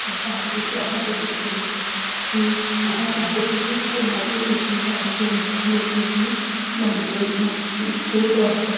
ओह् सब कुछ अस इद्धर दिक्खने ऐं कि कि अस चांह्दे हे कि साढ़े लाग्गै कोई चीज आवै जेह्ड़ी लोकें गी मैडिकल मतलब कि सेह्त बास्तै